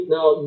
Now